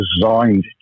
designed